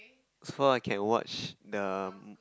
so I can watch the